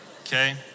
Okay